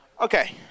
Okay